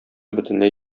бөтенләй